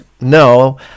no